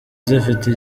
zifite